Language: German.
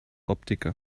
optiker